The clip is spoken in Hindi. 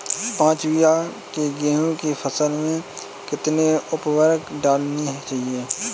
पाँच बीघा की गेहूँ की फसल में कितनी उर्वरक डालनी चाहिए?